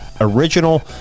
original